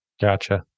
Gotcha